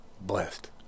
Blessed